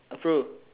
அப்புறம்:appuram